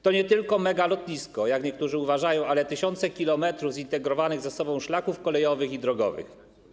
To nie tylko megalotnisko, jak niektórzy uważają, lecz także tysiące kilometrów zintegrowanych ze sobą szlaków kolejowych i drogowych.